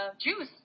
juice